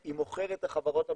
היא מוכרת את החברות הממשלתיות,